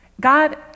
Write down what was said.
God